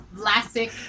Classic